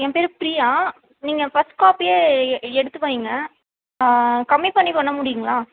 என் பேர் பிரியா நீங்கள் ஃபஸ்ட் காப்பியே எ எடுத்து வைங்க கம்மி பண்ணி பண்ண முடியுங்களா